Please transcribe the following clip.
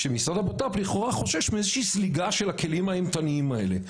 שמשרד הבט"פ לכאורה חושש מאיזושהי זליגה של הכלים האימתניים האלה.